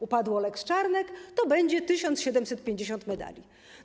Upadła lex Czarnek, to będzie 1750 medali.